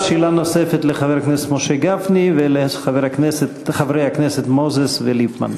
שאלה נוספת לחבר הכנסת משה גפני ולחברי הכנסת מוזס וליפמן.